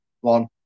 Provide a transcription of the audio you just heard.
one